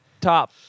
top